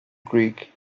greek